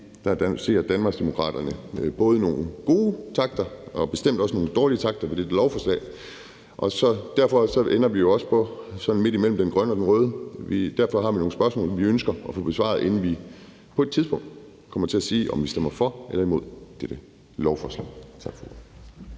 set ser Danmarksdemokraterne både nogle gode takter og bestemt også nogle dårlige takter i dette lovforslag, og derfor ender vi også sådan midt imellem den grønne og den røde knap; derfor har vi nogle spørgsmål, som vi ønsker at få besvaret, inden vi på et tidspunkt kommer til at sige, om vi stemmer for eller imod dette lovforslag. Tak for ordet.